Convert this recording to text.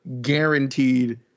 guaranteed